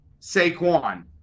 Saquon